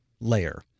layer